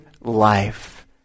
life